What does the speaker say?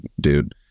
dude